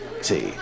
See